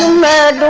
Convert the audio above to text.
ah mad,